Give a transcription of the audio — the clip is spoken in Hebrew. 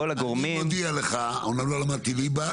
הגורמים --- אני אומנם לא למדתי ליבה,